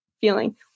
feeling